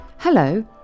Hello